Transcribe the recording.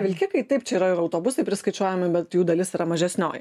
vilkikai taip čia yra ir autobusai priskaičiuojami bet jų dalis yra mažesnioji